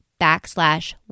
backslash